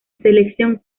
selección